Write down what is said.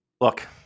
look